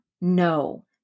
no